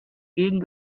gegen